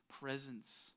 presence